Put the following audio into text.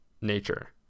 nature